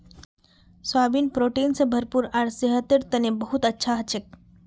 soybean protein स भरपूर आर सेहतेर तने बहुत अच्छा हछेक